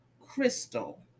crystal